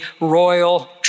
royal